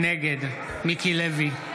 נגד מיקי לוי,